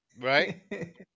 right